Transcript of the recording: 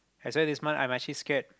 that's why this month I'm actually scared